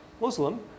Muslim